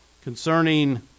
concerning